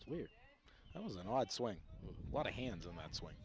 it's weird it was an odd swing a lot of hands on that swing